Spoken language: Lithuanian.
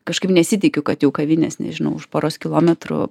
kažkaip nesitikiu kad jau kavinės nežinau už poros kilometrų